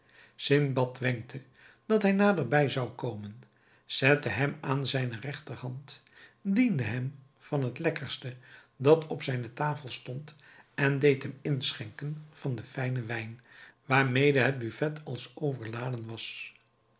sindbad wenkte dat hij naderbij zou komen zette hem aan zijne regterhand diende hem van het lekkerste dat op zijne tafel stond en deed hem inschenken van den fijnen wijn waarmede het buffet als overladen was